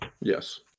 Yes